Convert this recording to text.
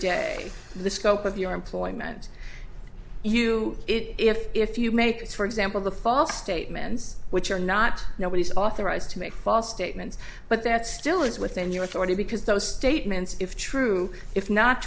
day the scope of your employment you if if you make it for example the false statements which are not nobody's authorized to make false statements but that still is within your authority because those statements if true if not